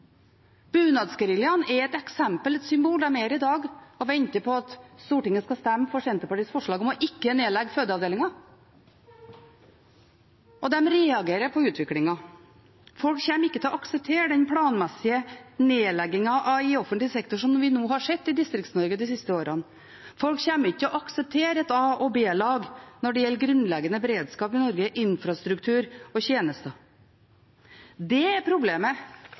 er et eksempel og et symbol. De er her i dag og venter på at Stortinget skal stemme på Senterpartiets forslag om ikke å legge ned fødeavdelingen, og de reagerer på utviklingen. Folk kommer ikke til å akseptere den planmessige nedleggingen i offentlig sektor som vi har sett i Distrikts-Norge de siste årene. Folk kommer ikke til å akseptere et a- og b-lag når det gjelder grunnleggende beredskap i Norge, infrastruktur og tjenester. Det er problemet